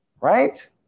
right